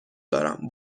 دارم